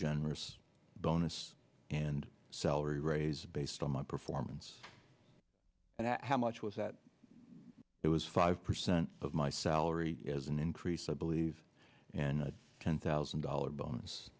generous bonus and salary raise based on my performance and how much was that it was five percent of my salary as an increase i believe and ten thousand dollars bonus